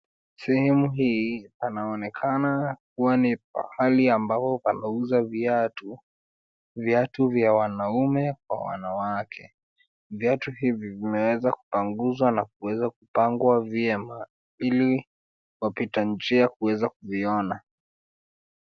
Sehemu hii panaonekana kuwa ni pahali ambapo panauzwa viatu. Viatu vya wanaume kwa wanawake, viatu hivi vimeweza kupaguzwa na kuweza kupangwa vyema ili wapita njia kuweze kuviona.